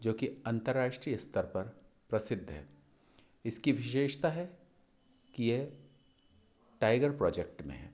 जो की अंतराष्ट्रीय स्तर पर प्रसिद्ध है इसकी विशेषता है कि ये टाइगर प्रोजेक्ट में है